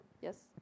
Yes